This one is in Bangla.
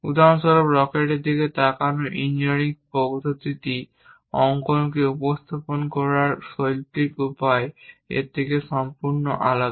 উদাহরণস্বরূপ রকেটের দিকে তাকানোর ইঞ্জিনিয়ারিং পদ্ধতিটি অঙ্কনকে উপস্থাপন করার শৈল্পিক উপায় এর থেকে সম্পূর্ণ আলাদা